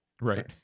Right